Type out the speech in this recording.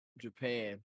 Japan